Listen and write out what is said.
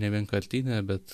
nevienkartinė bet